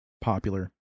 popular